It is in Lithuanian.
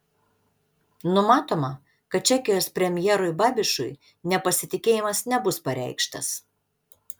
numatoma kad čekijos premjerui babišui nepasitikėjimas nebus pareikštas